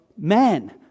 men